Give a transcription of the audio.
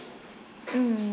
mm